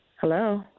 Hello